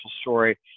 story